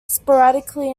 sporadically